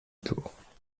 tour